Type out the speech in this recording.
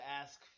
ask